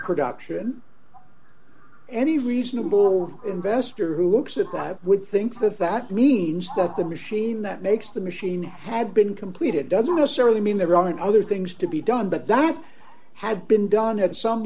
production any reasonable investor who looks at that would think that that means that the machine that makes the machine had been completed d doesn't necessarily mean there aren't other things to be done but that had been done at some